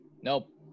Nope